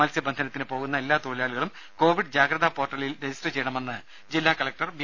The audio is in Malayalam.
മത്സ്യബന്ധനത്തിന് പോകുന്ന എല്ലാ തൊഴിലാളികളും കോവിഡ് ജാഗ്രത പോർട്ടലിൽ രജിസ്റ്റർ ചെയ്യണമെന്ന് ജില്ലാ കലക്ടർ ബി